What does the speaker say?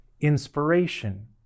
inspiration